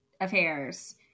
affairs